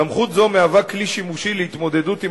סמכות זו מהווה כלי שימושי להתמודדות עם